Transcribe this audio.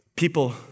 people